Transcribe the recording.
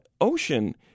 Ocean